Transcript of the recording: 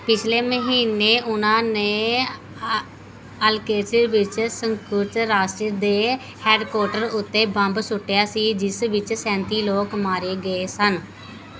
ਪਿਛਲੇ ਮਹੀਨੇ ਉਨ੍ਹਾਂ ਨੇ ਵਿੱਚ ਰਾਸ਼ਟਰ ਦੇ ਹੈੱਡਕੋਟਰ ਉੱਤੇ ਬੰਬ ਸੁੱਟਿਆ ਸੀ ਜਿਸ ਵਿੱਚ ਸੈਂਤੀ ਲੋਕ ਮਾਰੇ ਗਏ ਸਨ